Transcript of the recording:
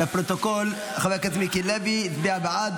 לפרוטוקול: חבר הכנסת מיקי לוי הצביע בעד,